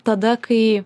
tada kai